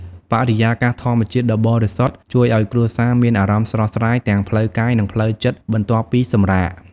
បរិយាកាសធម្មជាតិដ៏បរិសុទ្ធជួយឲ្យគ្រួសារមានអារម្មណ៍ស្រស់ស្រាយទាំងផ្លូវកាយនិងផ្លូវចិត្តបន្ទាប់ពីសម្រាក។